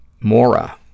Mora